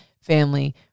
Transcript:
family